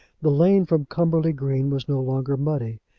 the lane from cumberly green was no longer muddy,